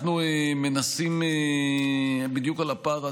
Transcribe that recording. אנחנו מנסים לגשר בדיוק על הפער הזה.